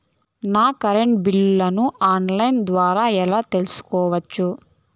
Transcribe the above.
నా కరెంటు బిల్లులను online ద్వారా ఎలా తెలుసుకోవచ్చు?